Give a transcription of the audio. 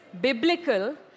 biblical